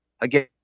again